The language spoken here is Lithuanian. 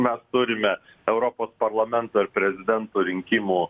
mes turime europos parlamento ir prezidento rinkimų